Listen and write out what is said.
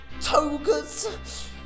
togas